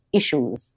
issues